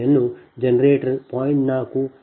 1 generator 0